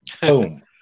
boom